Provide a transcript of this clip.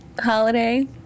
Holiday